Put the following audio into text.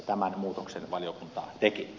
tämän muutoksen valiokunta teki